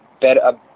better